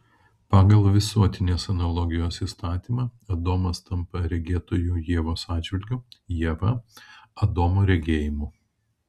pagal visuotinės analogijos įstatymą adomas tampa regėtoju ievos atžvilgiu ieva adomo regėjimu